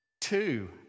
two